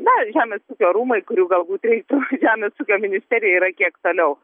na žemės ūkio rūmai kurių galbūt reiktų žemės ūkio ministerija yra kiek toliau